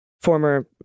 former